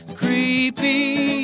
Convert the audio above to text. creepy